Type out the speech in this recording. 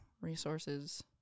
resources